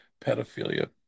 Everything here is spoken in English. pedophilia